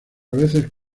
veces